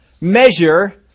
Measure